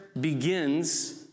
begins